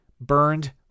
burned